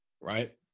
right